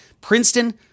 Princeton